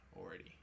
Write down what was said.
already